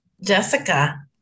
Jessica